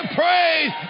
praise